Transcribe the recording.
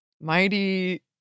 Mighty